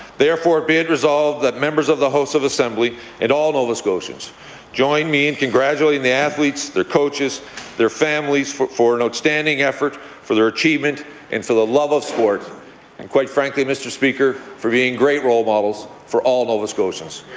therefore be it resolved that members of the house of assembly and all nova scotians join me in congratulating the athletes, their coaches, and their families for for an outstanding effort for their achievement and for the love of sport and, quite frankly, mr. speaker, for being great role models for all nova scotians.